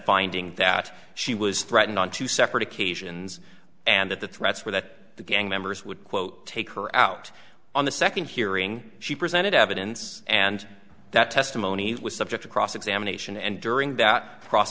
finding that she was threatened on two separate occasions and that the threats were that the gang members would quote take her out on the second hearing she presented evidence and that testimony was subject to cross examination and during that pro